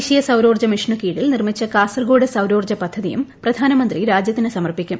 ദേശീയ സൌരോർജ്ജ മിഷനു കീഴിൽ നിർമ്മിച്ച കാസർകോട് സൌരോർജ്ജ പദ്ധതിയും പ്രധാനമന്ത്രി രാജ്യത്തിന് സമർപ്പിക്കും